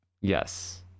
yes